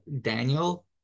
Daniel